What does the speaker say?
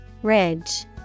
Ridge